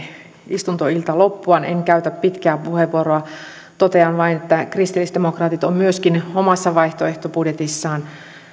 istuntoilta lähenee loppuaan en käytä pitkää puheenvuoroa totean vain että kristillisdemokraatit ovat myöskin omassa vaihtoehtobudjetissaan